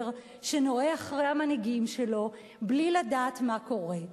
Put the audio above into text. שנוהר אחרי המנהיגים שלו בלי לדעת מה קורה.